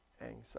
anxiety